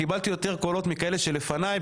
קיבלתי יותר קולות מכאלה שלפניי,